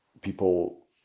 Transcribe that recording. people